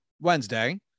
Wednesday